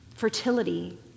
Fertility